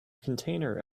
container